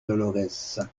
dolorès